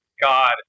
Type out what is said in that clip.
God